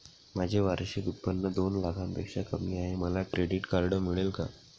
माझे वार्षिक उत्त्पन्न दोन लाखांपेक्षा कमी आहे, मला क्रेडिट कार्ड मिळेल का?